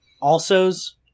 also's